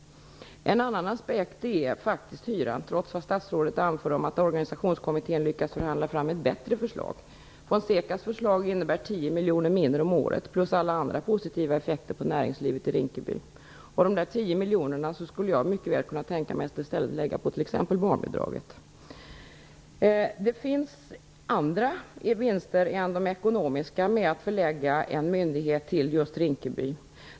En annan aspekt är faktiskt hyran, trots vad statsrådet anför om att organisationskommittén lyckats förhandla fram ett bättre förslag. Fonsecas förslag innebär 10 miljoner mindre i kostnad om året plus alla andra positiva effekter på näringslivet i Rinkeby. Dessa 10 miljoner skulle jag mycket väl kunna tänka mig att i stället lägga på t.ex. barnbidraget. Det finns andra vinster än de ekonomiska med att förlägga en myndighet till just Rinkeby.